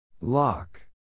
Lock